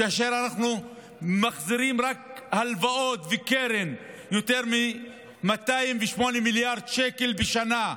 כאשר אנחנו מחזירים רק בהלוואות ובקרן יותר מ-208 מיליארד שקל בשנה,